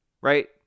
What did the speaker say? Right